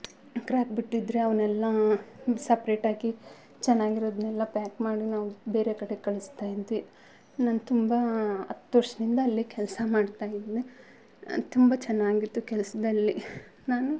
crack ಬಿಟ್ಟಿದ್ರೆ ಅವನೆಲ್ಲಾ ಸಪ್ರೇಟಾಗಿ ಚೆನ್ನಾಗಿರೋದ್ನೆಲ್ಲ ಪ್ಯಾಕ್ ಮಾಡಿ ನಾವು ಬೇರೆ ಕಡೆ ಕಳಿಸ್ತಾಯಿದ್ವಿ ನಾನು ತುಂಬ ಹತ್ತು ವರ್ಷದಿಂದ ಅಲ್ಲೇ ಕೆಲಸ ಮಾಡ್ತಾಯಿದ್ನೇ ತುಂಬ ಚೆನ್ನಾಗಿತ್ತು ಕೆಲ್ಸದಲ್ಲಿ ನಾನು